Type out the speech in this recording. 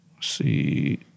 See